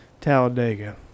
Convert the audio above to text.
Talladega